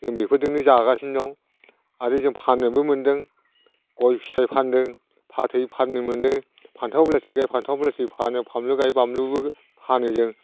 जों बेफोरदोंनो जागासिनो दं आरो जों फाननोबो मोनदों गय फिथाइ फानदों फाथै फाननो मोनो फान्थाव बेलाथि फान्थाव बेलाथिबो फानो फानलु गायो बामलुबो फानो जों